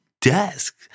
desk